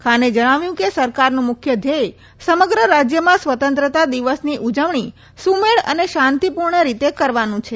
ખાને જણાવ્યું કે લ સરકારનું મુખ્ય ધ્યેય સમગ્ર રાજ્યમાં સ્વતંત્રતા દિવસની ઉજવણી સુમેળ અને શાંતિપૂર્ણ રીતે કરવાનું છે